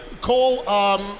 Cole